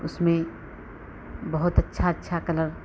उसमें बहुत अच्छा अच्छा कलर